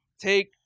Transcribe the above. take